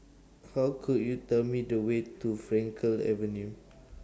How Could YOU Tell Me The Way to Frankel Avenue